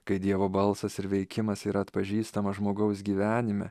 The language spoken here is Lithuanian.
kai dievo balsas ir veikimas yra atpažįstamas žmogaus gyvenime